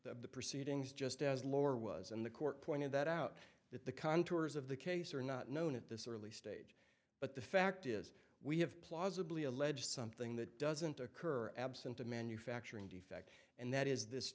proceedings just as lore was and the court pointed that out that the contours of the case are not known at this early stage but the fact is we have plausibly allege something that doesn't occur absent a manufacturing defect and that is this